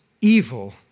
evil